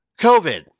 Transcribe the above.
COVID